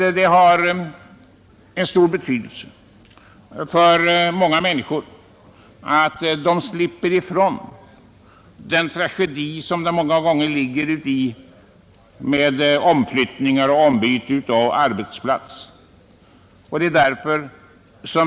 Det är av stor betydelse för många människor att slippa vara med om den tragedi som omflyttningar och ombyte av arbetsplats kan innebära.